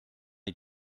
est